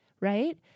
Right